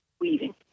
weaving